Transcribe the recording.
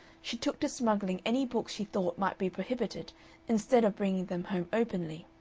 she took to smuggling any books she thought might be prohibited instead of bringing them home openly,